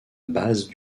base